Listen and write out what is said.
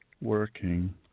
working